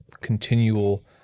continual